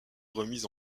remis